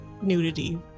nudity